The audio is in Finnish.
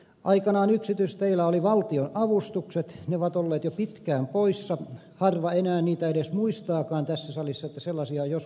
aikanaan yksityisteillä oli valtion avustukset ne ovat olleet jo pitkään poissa harva enää niitä edes muistaakaan tässä salissa että sellaisia on joskus ollut